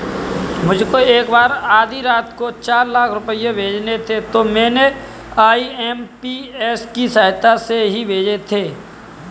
मुझको एक बार आधी रात को चार लाख रुपए भेजने थे तो मैंने आई.एम.पी.एस की सहायता से ही भेजे थे